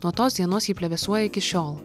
nuo tos dienos ji plevėsuoja iki šiol